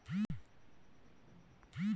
किसान ट्रैक्टर का लोन कैसे करा सकता है?